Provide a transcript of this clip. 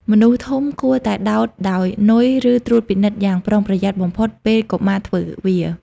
មនុស្សធំគួរតែដោតដោយ នុយ ឬ ត្រួតពិនិត្យយ៉ាងប្រុងប្រយ័ត្នបំផុតពេលកុមារធ្វើវា។